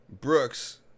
Brooks